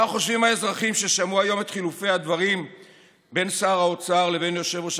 מה חושבים האזרחים ששמעו היום את חילופי הדברים בין שר האוצר לבין יושב-ראש